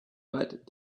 but